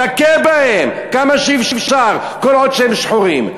תכה בהם כמה שאפשר, כל עוד הם שחורים.